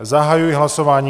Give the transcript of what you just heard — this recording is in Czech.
Zahajuji hlasování.